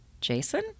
Jason